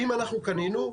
אם אנחנו קנינו,